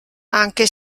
anche